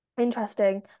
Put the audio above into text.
Interesting